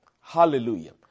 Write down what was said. Hallelujah